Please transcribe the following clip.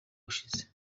ushize